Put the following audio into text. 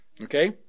Okay